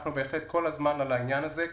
אנחנו בהחלט כל הזמן על העניין הזה,